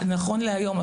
נכון להיום,